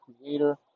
creator